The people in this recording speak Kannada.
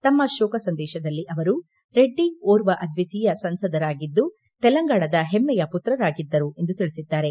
ತಮ್ನ ಶೋಕ ಸಂದೇಶದಲ್ಲಿ ಅವರು ರೆಡ್ಡಿ ಓರ್ವ ಅದ್ವಿತೀಯ ಸಂಸದರಾಗಿದ್ದು ತೆಲಂಗಾಣದ ಹೆಮ್ನೆಯ ಪುತ್ರರಾಗಿದ್ದರು ಎಂದು ತಿಳಿಸದಿದ್ದಾರೆ